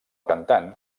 cantant